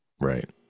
Right